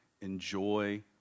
enjoy